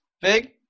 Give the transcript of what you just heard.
Big